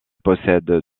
possède